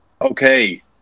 okay